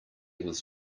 was